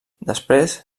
després